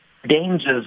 dangers